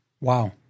Wow